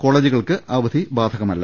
കേള്ജു കൾക്ക് അവധി ബാധകമല്ല